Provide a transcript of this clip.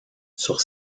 sur